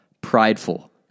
prideful